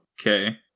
Okay